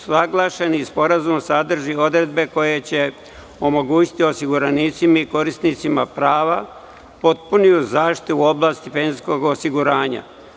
Usaglašeni Sporazum sadrži odredbe koje će omogućiti osiguranicima i korisnicima prava i potpunu zaštitu u oblasti penzijskog osiguranja.